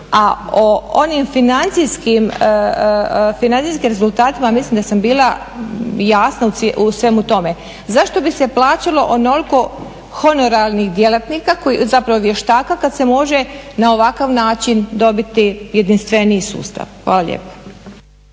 a o onim financijskim rezultatima mislim da sam bila jasna u svemu tome. Zašto bi se plaćalo onoliko honorarnih vještaka kada se može na ovakav način dobiti jedinstveniji sustav. Hvala lijepa.